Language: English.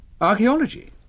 Archaeology